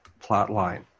plotline